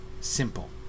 simple